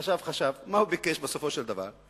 חשב, חשב, מה הוא ביקש בסופו של דבר?